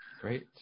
Great